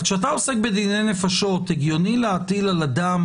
אז כשאתה עוסק בדיני נפשות הגיוני להטיל על אדם